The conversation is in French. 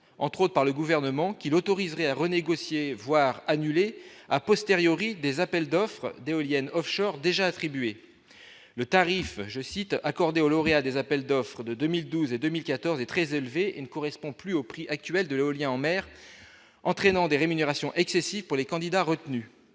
entre autres par le gouvernement qui l'autoriserait à renégocier, voire à postériori des appels d'offres d'éoliennes Offshore déjà attribués, le tarif, je cite, accordé aux lauréats des appels d'offres de 2012 et 2014 et très élevé et une correspond plus au prix actuel de l'éolien en mer, entraînant des rémunérations excessives pour les candidats retenus